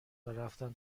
ورفتن